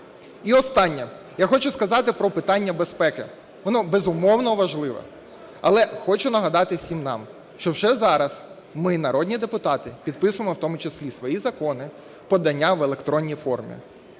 І останнє. Я хочу сказати про питання безпеки, воно, безумовно, важливе. Але хочу нагадати всім нам, що вже зараз ми, народні депутати, підписуємо в тому числі свої закони, подання в електронній формі.